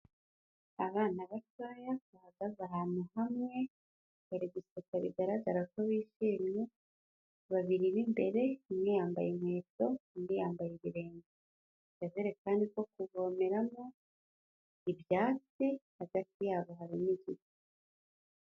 Abana batoya bahagaze ahantu hamwe bari guseka bigaragara ko bishimye, babiri b'imbere umwe yambaye inkweto undi yambaye ibirenge. Akajerekani ko kuvomeramo, ibyatsi, hagati yabo harimo igiti.